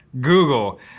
Google